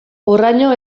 horraino